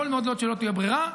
מאוד יכול להיות שלא תהיה ברירה,